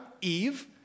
Eve